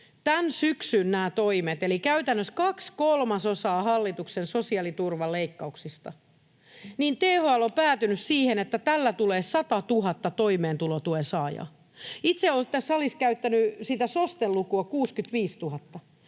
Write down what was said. tämän syksyn toimet eli käytännössä kaksi kolmasosaa hallituksen sosiaaliturvaleikkauksista, niin THL on päätynyt siihen, että tällä tulee 100 000 toimeentulotuen saajaa. Itse olen tässä salissa käyttänyt sitä SOSTEn lukua 65 000,